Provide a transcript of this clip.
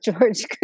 George